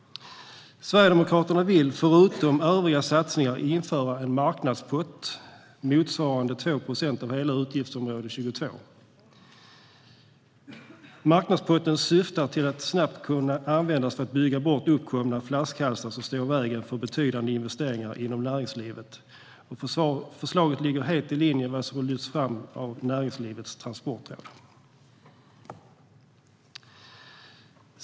Sverigedemokraterna vill, förutom övriga satsningar, införa en marknadspott för investeringar utöver den ordinarie budgetramen, motsvarande 2 procent av hela utgiftsområde 22. Marknadspotten syftar till att snabbt kunna användas för att bygga bort uppkomna flaskhalsar som står i vägen för betydande investeringar inom näringslivet. Förslaget ligger helt i linje med vad som lyfts fram av Näringslivets Transportråd.